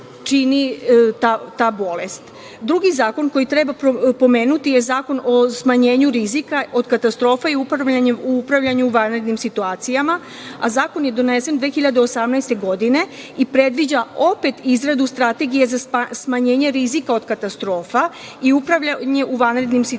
čini ta bolest? Drugi zakon koji treba pomenuti je Zakon o smanjenju rizika od katastrofa u upravljanju vanrednim situacijama, a Zakon je donesen 2018. godine i predviđa opet izradu strategije za smanjenje rizika od katastrofa i upravljanje u vanrednim situacijama,